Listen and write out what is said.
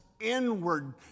inward